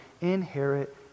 inherit